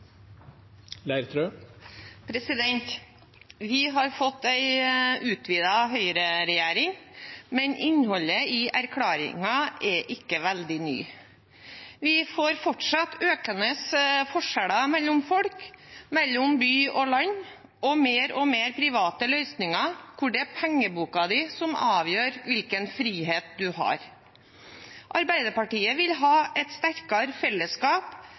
årene. Vi har fått en utvidet høyreregjering, men innholdet i plattformen er ikke veldig nytt. Vi får fortsatt økende forskjeller mellom folk, mellom by og land, og mer og mer private løsninger hvor det er pengeboken din som avgjør hvilken frihet du har. Arbeiderpartiet vil ha et sterkere fellesskap,